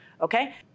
okay